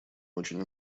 очень